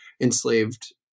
enslaved